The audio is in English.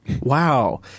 Wow